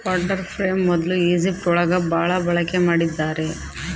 water frame ಮೊದ್ಲು Egypt ಒಳಗ ಭಾಳ ಬಳಕೆ ಮಾಡಿದ್ದಾರೆ